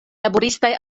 laboristaj